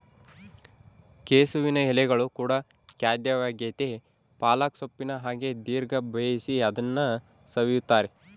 ಕೆಸುವಿನ ಎಲೆಗಳು ಕೂಡ ಖಾದ್ಯವಾಗೆತೇ ಪಾಲಕ್ ಸೊಪ್ಪಿನ ಹಾಗೆ ದೀರ್ಘ ಬೇಯಿಸಿ ಅದನ್ನು ಸವಿಯುತ್ತಾರೆ